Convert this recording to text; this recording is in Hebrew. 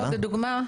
לדוגמה,